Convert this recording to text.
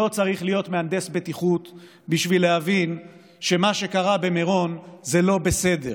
לא צריך להיות מהנדס בטיחות בשביל להבין שמה שקרה במירון זה לא בסדר